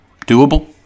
doable